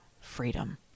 freedom